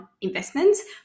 investments